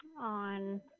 on